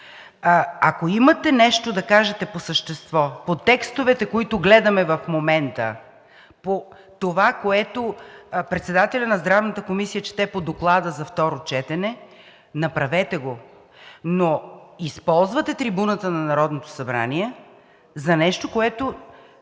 Ако имате нещо да кажете по същество, по текстовете, които гледаме в момента, по това, което председателят на Здравната комисия четѐ по доклада за второ четене, направете го. Но използвате трибуната на Народното събрание за нещо, което